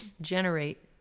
generate